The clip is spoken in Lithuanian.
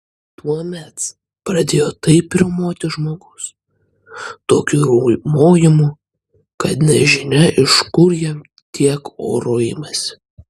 tuomet pradėjo taip riaumoti žmogus tokiu riaumojimu kad nežinia iš kur jam tiek oro imasi